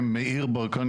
אני מאיר ברקן,